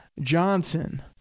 Johnson